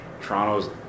Toronto's